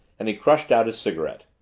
and he crushed out his cigarette.